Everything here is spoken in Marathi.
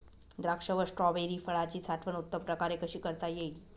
द्राक्ष व स्ट्रॉबेरी फळाची साठवण उत्तम प्रकारे कशी करता येईल?